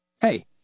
Hey